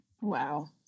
Wow